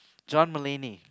John-Mulaney